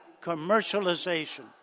commercialization